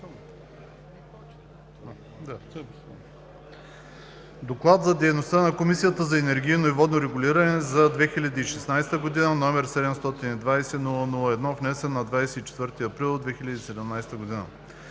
„ДОКЛАД за дейността на Комисията за енергийно и водно регулиране за 2016 г., № 720-00-1, внесен на 24 април 2017 г.